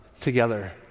together